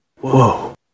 Whoa